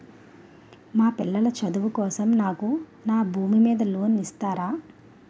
మా పిల్లల చదువు కోసం నాకు నా భూమి మీద లోన్ ఇస్తారా?